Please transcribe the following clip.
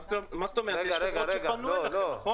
יש חברות שפנו אליכם, נכון?